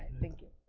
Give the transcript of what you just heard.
thank you.